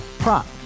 Prop